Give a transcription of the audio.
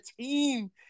team